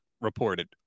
reported